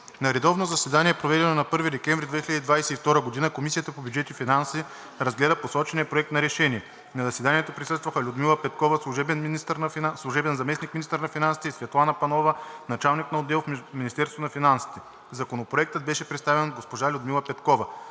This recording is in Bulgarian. На редовно заседание, проведено на 1 декември 2022 г., Комисията по бюджет и финанси разгледа посочения Проект на решение. На заседанието присъстваха Людмила Петкова – служебен заместник-министър на финансите, и Светлана Панова – началник на отдел в Министерството на финансите. Законопроектът беше представен от госпожа Людмила Петкова.